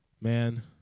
man